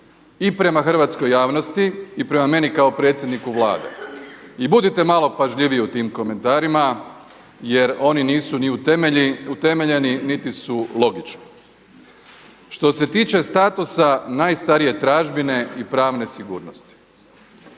i prema hrvatskoj javnosti i prema meni kao predsjedniku Vlade i budite malo pažljiviji u tim komentarima jer oni nisu ni utemeljeni, niti su logični. Što se tiče statusa najstarije tražbine i pravne sigurnosti.